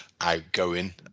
outgoing